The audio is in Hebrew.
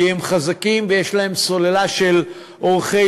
כי הם חזקים ויש להם סוללה של עורכי-דין,